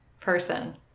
person